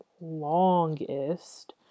longest